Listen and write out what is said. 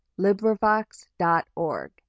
LibriVox.org